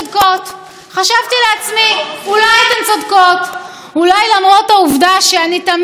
אבל תמיד מקפידה להציג את העמדות שלי באופן עקרוני ומכבד,